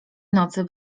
nocy